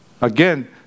again